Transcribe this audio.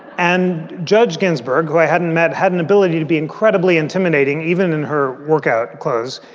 and judge ginsburg, who i hadn't met, had an ability to be incredibly intimidating, even in her workout clothes.